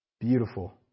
Beautiful